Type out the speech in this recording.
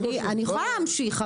אני יכולה להמשיך,